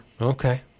Okay